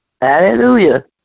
Hallelujah